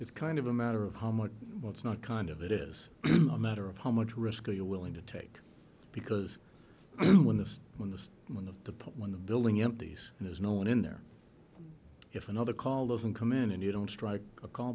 it's kind of a matter of how much it's not kind of it is a matter of how much risk are you willing to take because when the when the when the the point when the building empties and there's no one in there if another call doesn't come in and you don't strike a call